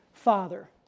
Father